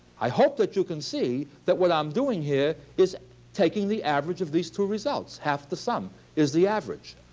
i hope that you can see that what i'm doing here is taking the average of these two results. half the sum is the average.